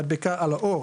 מדבקה על העור,